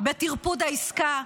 בטרפוד העסקה,